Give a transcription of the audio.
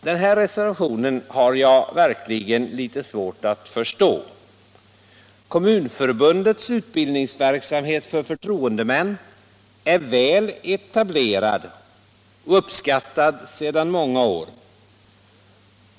Den här reservationen har jag verkligen svårt att förstå. Kommunförbundets utbildningsverksamhet för förtroendemän är I väl etablerad och uppskattad sedan många år.